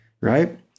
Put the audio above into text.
right